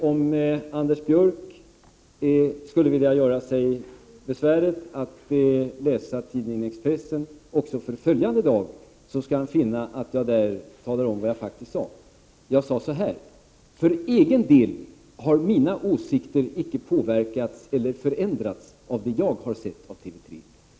Om Anders Björck skulle vilja göra sig besväret att läsa tidningen Expressen också för följande dag skall han där finna vad jag faktiskt sade: ”För egen del har mina åsikter icke påverkats eller förändrats av det jag har sett av TV 3.